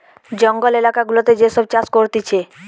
জঙ্গল এলাকা গুলাতে যে সব চাষ করতিছে